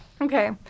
Okay